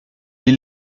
est